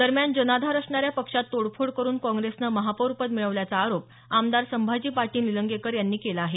दरम्यान जनाधार असणाऱ्या पक्षात तोडफोड करून काँग्रेसनं महापौरपद मिळवल्याचा आरोप आमदार संभाजी पाटील निलंगेकर यांनी केला आहे